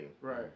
Right